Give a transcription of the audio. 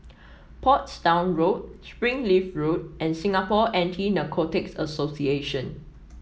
Portsdown Road Springleaf Road and Singapore Anti Narcotics Association